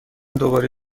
دوباره